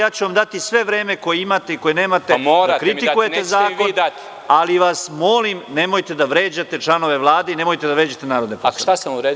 Ja ću vam dati sve vreme koje imate i koje nemate da kritikujete zakon, ali vas molim nemojte da vređate članove Vlade i nemojte da vređate narodne poslanike.